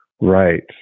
Right